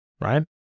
Right